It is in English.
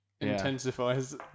intensifies